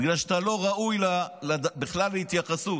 בגלל שאתה לא ראוי בכלל להתייחסות.